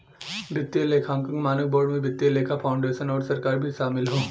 वित्तीय लेखांकन मानक बोर्ड में वित्तीय लेखा फाउंडेशन आउर सरकार भी शामिल हौ